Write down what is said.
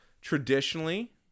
Traditionally